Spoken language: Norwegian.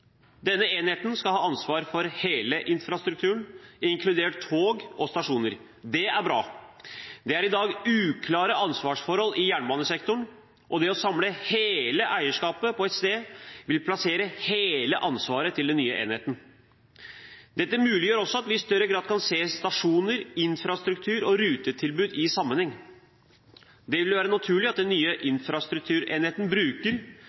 Denne enheten skal ha ansvaret for hele infrastrukturen, inkludert tog og stasjoner. Det er bra. Det er i dag uklare ansvarsforhold i jernbanesektoren, og det å samle hele eierskapet på ett sted vil plassere hele ansvaret til den nye enheten. Dette muliggjør også at vi i større grad kan se stasjoner, infrastruktur og rutetilbud i sammenheng. Det vil være naturlig at den nye infrastrukturenheten bruker